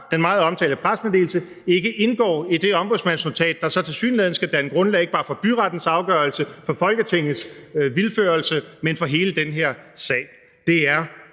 den meget omtalte pressemeddelelse, ikke indgår i det ombudsmandsnotat, der så tilsyneladende skal danne grundlag ikke bare for byrettens afgørelse, for Folketingets vildførelse, men for hele den her sag. Det er